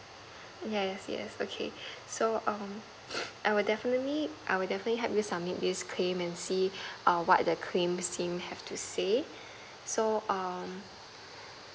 yes yes okay so um I will definitely I will definitely help you submit this claim and see err what's the claims team have to say so um